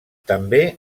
també